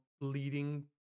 leading